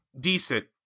Decent